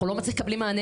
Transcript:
אנחנו לא מקבלים מענה,